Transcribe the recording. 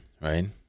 right